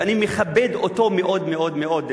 שאני מכבד אותו מאוד מאוד מאוד,